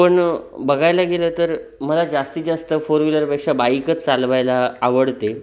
पण बघायला गेलं तर मला जास्तीत जास्त फोर व्हिलरपेक्षा बाईकच चालवायला आवडते